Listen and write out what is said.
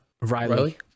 Riley